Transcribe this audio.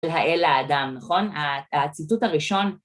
האל לאדם, נכון? הציטוט הראשון